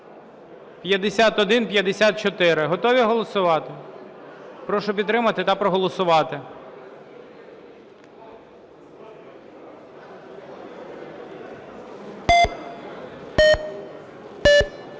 5154). Готові голосувати? Прошу підтримати та проголосувати.